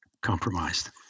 compromised